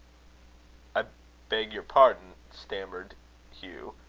i beg your pardon, stammered hugh.